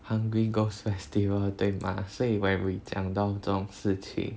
hungry ghost festival 对吗所以 when we 讲到这种事情